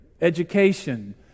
education